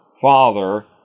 Father